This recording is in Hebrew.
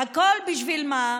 והכול בשביל מה?